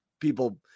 people